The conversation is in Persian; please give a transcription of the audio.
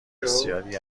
بسیاری